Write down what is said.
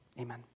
amen